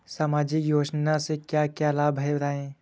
सामाजिक योजना से क्या क्या लाभ हैं बताएँ?